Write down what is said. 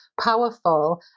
powerful